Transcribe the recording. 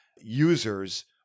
users